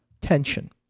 tension